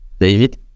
David